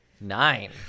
Nine